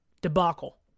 debacle